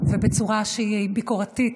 ובצורה שהיא ביקורתית,